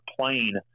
plane